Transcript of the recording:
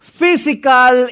physical